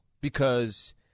because-